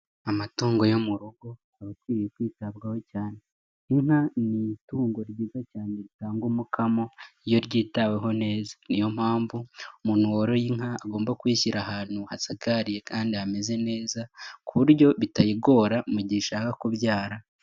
Amatungo yo mu rugo aba akwiriye kwitabwaho cyane, inka ni itungo ryiza cyane ritanga umukamo iyo ryitaweho neza, ni yo mpamvu umuntu woroye inka agomba kuyishyira ahantu hasakariye kandi hameze neza, ku buryo bitayigora mu gihe ishaka kubyara.